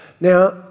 Now